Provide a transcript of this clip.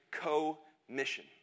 Co-mission